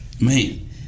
man